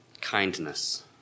Kindness